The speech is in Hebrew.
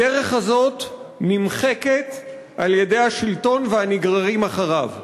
הדרך הזאת נמחקת על-ידי השלטון והנגררים אחריו.